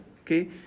okay